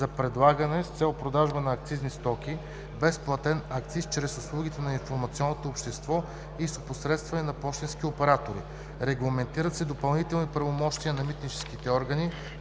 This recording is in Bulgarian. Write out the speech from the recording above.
за предлагане с цел продажба на акцизни стоки без заплатен акциз чрез услугите на информационното общество и с опосредстването на пощенските оператори. Регламентират се допълнителни правомощия на митническите органи